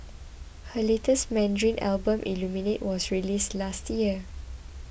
her latest Mandarin Album Illuminate was released last year